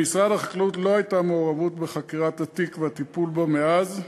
למשרד החקלאות לא הייתה מעורבות בחקירת התיק ובטיפול בו מאז.